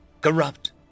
Corrupt